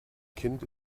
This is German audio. kind